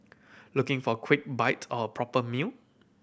looking for a quick bite or a proper meal